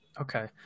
Okay